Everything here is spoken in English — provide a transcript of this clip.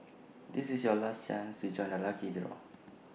this is your last chance to join the lucky draw